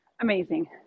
Amazing